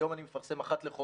היום אני מפרסם אחת לחודש,